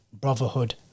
brotherhood